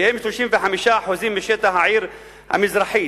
שהם 35% משטח העיר המזרחית.